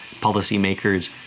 policymakers